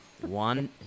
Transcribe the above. One